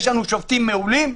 יש לנו שופטים מעולים,